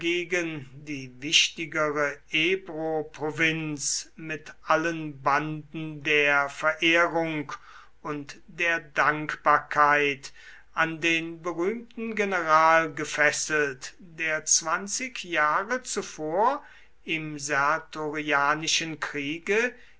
die wichtigere ebroprovinz mit allen banden der verehrung und der dankbarkeit an den berühmten general gefesselt der zwanzig jahre zuvor im sertorianischen kriege